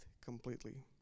completely